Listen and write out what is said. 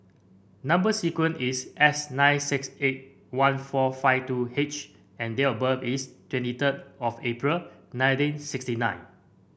number sequence is S nine six eight one four five two H and date of birth is twenty third of April nineteen sixty nine